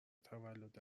تولد